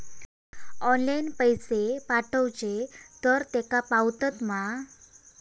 Online पैसे पाठवचे तर तेका पावतत मा?